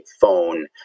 phone